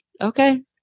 okay